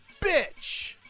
bitch